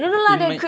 it might